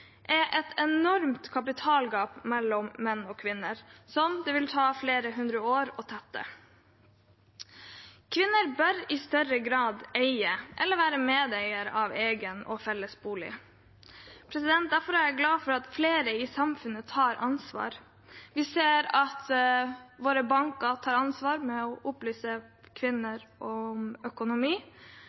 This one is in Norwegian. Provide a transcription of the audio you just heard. er et enormt kapitalgap mellom menn og kvinner, som det vil ta flere hundre år å tette. Kvinner bør i større grad eie eller være medeier av egen og felles bolig. Derfor er jeg glad for at flere i samfunnet tar ansvar. Vi ser at våre banker tar ansvar ved å opplyse kvinner om økonomi.